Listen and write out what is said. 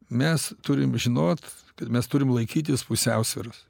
mes turim žinot kad mes turim laikytis pusiausvyros